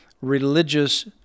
religious